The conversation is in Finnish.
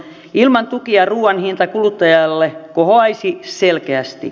ilman tukia ruuan hinta kuluttajalle kohoaisi selkeästi